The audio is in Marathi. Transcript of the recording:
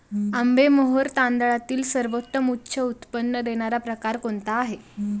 आंबेमोहोर तांदळातील सर्वोत्तम उच्च उत्पन्न देणारा प्रकार कोणता आहे?